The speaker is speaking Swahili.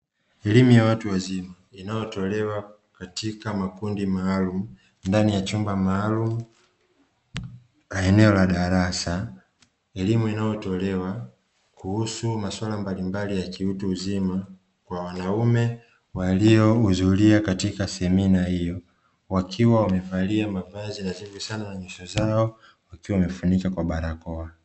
Elimu ya watu wazima inayotolewa katika makundi maalumu, ndani ya chumba maalumu la eneo la darasa. Elimu inayotolewa kuhusu masuala mbalimbali ya kiutu uzima, kwa wanaume waliohudhuria katika semina hiyo, wakiwa wamevalia mavazi nadhifu sana na nyuso zao wakiwa wamefunika kwa barakoa.